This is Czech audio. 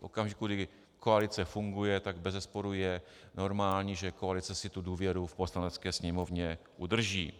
V okamžiku, kdy koalice funguje, tak bezesporu je normální, že koalice si tu důvěru v Poslanecké sněmovně udrží.